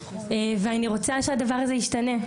ואני רוצה שהדבר הזה השתנה.